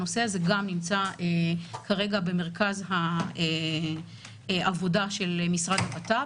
הנושא הזה גם נמצא כרגע במרכז העבודה של המשרד לבט"פ.